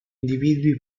individui